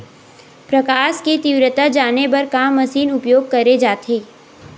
प्रकाश कि तीव्रता जाने बर का मशीन उपयोग करे जाथे?